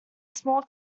small